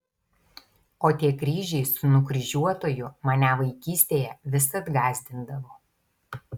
o tie kryžiai su nukryžiuotuoju mane vaikystėje visad gąsdindavo